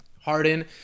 Harden